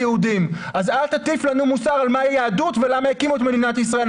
אז אל תטיף לנו מוסר על מה היא יהדות ולמה הקימו את מדינת ישראל.